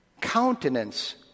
countenance